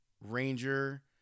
Ranger